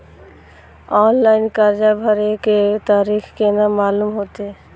Online कर्जा भरे के तारीख केना मालूम होते?